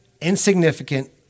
insignificant